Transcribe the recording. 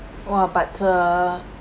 !wah! but uh